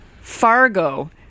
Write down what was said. Fargo